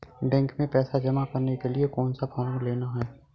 Bank में पैसा जमा करने के लिए कौन सा फॉर्म लेना है?